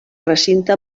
recinte